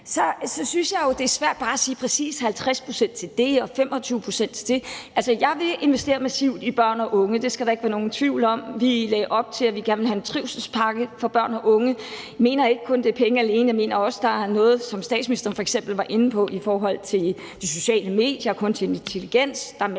jo synes, det er svært bare at sige, at det præcis er 50 pct. til det og 25 pct. til det. Altså, jeg vil investere massivt i børn og unge – det skal der ikke være nogen tvivl om – og vi har lagt op til, at vi gerne vil have en trivselspakke for børn og unge. Men jeg mener ikke, det er pengene alene. Jeg mener også, der i forhold til noget af det, som statsministeren f.eks. var inde på, i forhold til de sociale medier og kunstig intelligens,